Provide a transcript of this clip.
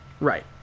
Right